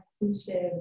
inclusive